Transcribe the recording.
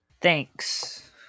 Thanks